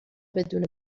بدون